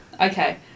Okay